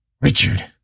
Richard